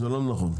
זה לא נכון.